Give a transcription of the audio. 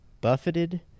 buffeted